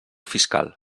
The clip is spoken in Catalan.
fiscal